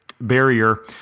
barrier